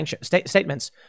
statements